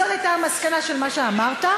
זו הייתה המסקנה של מה שאמרת,